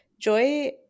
Joy